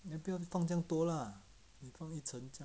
then 不要放这样多 lah 放一整整